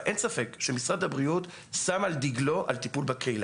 הבריאות: אין ספק שמשרד הבריאות שם על דגלו טיפול בקהילה.